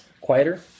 quieter